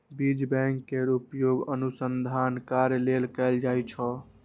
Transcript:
बीज बैंक केर उपयोग अनुसंधान कार्य लेल कैल जाइ छै